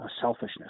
selfishness